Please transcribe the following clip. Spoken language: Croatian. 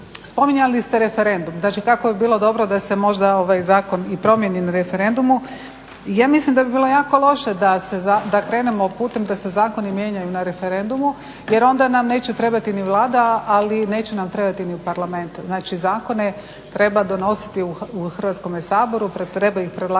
Spominjali ste referendum, da će tako, bilo bi dobro da se možda ovaj zakon i promijeni na referendumu. Ja mislim da bi bilo jako loše da krenemo putem da se zakoni mijenjaju na referendumu jer onda nam neće trebati ni Vlada, ali neće nam trebati ni Parlament, znači zakone treba donositi u Hrvatskome saboru, koje trebaju predlagati